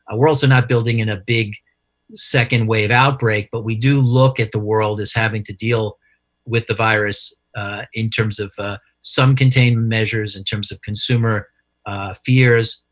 ah we're also not building in a big second wave outbreak, but we do look at the world as having to deal with the virus in terms of some containment measures, in terms of consumer fears,